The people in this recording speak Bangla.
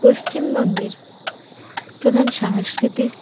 পশ্চিমবঙ্গের প্রধান সাংস্কৃতিক